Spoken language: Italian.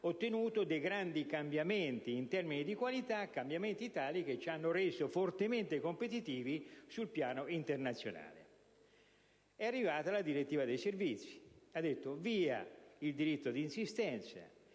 ottenuto dei grandi cambiamenti in termini di qualità, cambiamenti tali che ci hanno resi fortemente competitivi sul piano internazionale. Poi è arrivata la direttiva servizi che ha cancellato il diritto d'insistenza